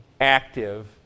active